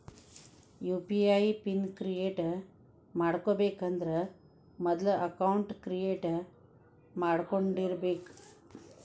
UPI pin create ಮಾಡಬೇಕಂದ್ರ ಮೊದ್ಲ account create ಮಾಡ್ಕೊಂಡಿರಬೆಕ್